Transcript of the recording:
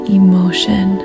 emotion